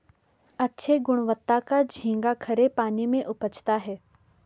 अच्छे गुणवत्ता का झींगा खरे पानी में उपजता है